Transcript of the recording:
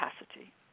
capacity